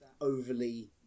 overly